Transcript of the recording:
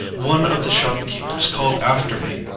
one of the shop-keepers called after me,